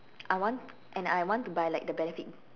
I want and I want to buy like the benefit